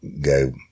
go